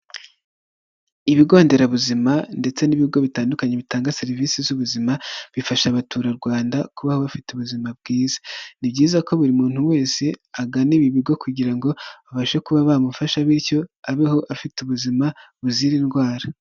Ibigo nderabuzima ndetse n'ibigo bitandukanye bitanga serivisi z'ubuzima, bifasha abaturarwanda kubaho bafite ubuzima bwiza. Ni byiza ko buri muntu wese agana ibi bigo kugira ngo abashe kuba bamufasha bityo abeho afite ubuzima buzira indwara.